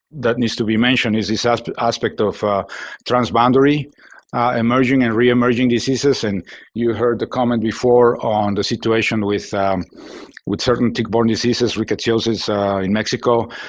that needs to be mentioned is this aspect aspect of transboundary emerging and reemerging diseases. and you heard the comment before on the situation with um with certain tick-borne diseases, rickettsiosis in mexico.